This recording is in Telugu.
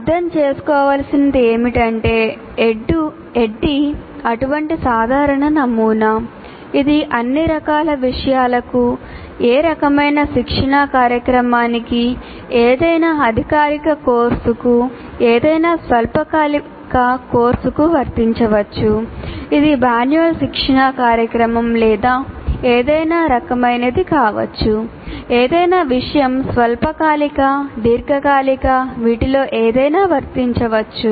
అర్థం చేసుకోవలసినది ఏమిటంటే ADDIE అటువంటి సాధారణ నమూనా ఇది అన్ని రకాల విషయాలకు ఏ రకమైన శిక్షణా కార్యక్రమానికి ఏదైనా అధికారిక కోర్సుకు ఏదైనా స్వల్పకాలిక కోర్సుకు వర్తించవచ్చు ఇది మాన్యువల్ శిక్షణా కార్యక్రమం లేదా ఏదైనా రకమైనది కావచ్చు ఏదైనా విషయం స్వల్పకాలిక దీర్ఘకాలిక వీటిలో ఏదైనా వర్తించవచ్చు